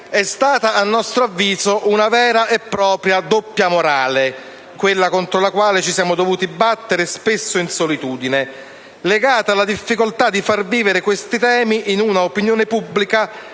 È stata, a nostro avviso, una vera e propria doppia morale quella contro la quale ci siamo dovuti battere, spesso in solitudine, legata alla difficoltà di far vivere questi temi in un'opinione pubblica